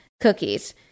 cookies